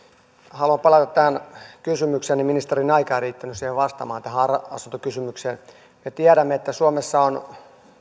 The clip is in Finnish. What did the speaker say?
haluan palata tähän kysymykseeni ministerin aika ei riittänyt vastaamaan tähän ara asuntokysymykseen me tiedämme että suomessa on